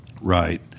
right